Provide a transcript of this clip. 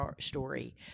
story